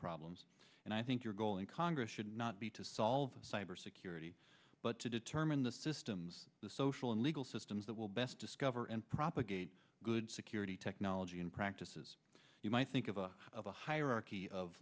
problems and i think your goal in congress should not be to solve cybersecurity but to determine the systems the social and legal systems that will best discover and propagate good security technology in practices you might think of a of a hierarchy of